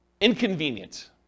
inconvenient